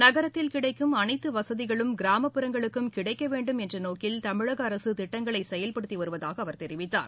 நகரத்தில் கிடைக்கும் அனைத்து வசதிகளும் கிராமப்புறங்களுக்கும் கிடைக்க வேண்டும் என்ற நோக்கில் தமிழக அரசு திட்டங்களை செயல்படுத்தி வருவதாக அவர் தெரிவித்தார்